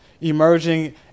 emerging